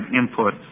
input